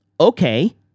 okay